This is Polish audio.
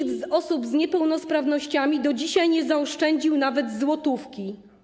Żadna z osób z niepełnosprawnościami do dzisiaj nie zaoszczędziła nawet złotówki.